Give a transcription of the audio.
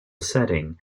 setting